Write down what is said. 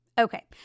Okay